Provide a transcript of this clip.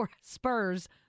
Spurs